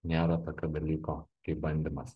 nėra tokio dalyko kaip bandymas